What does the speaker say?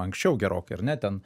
anksčiau gerokai ar ne ten